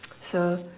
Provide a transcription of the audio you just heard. so